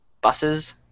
Buses